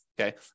okay